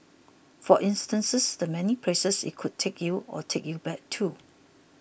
for instance the many places it could take you or take you back to